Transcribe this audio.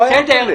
לא היה אינטרנט.